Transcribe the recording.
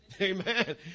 Amen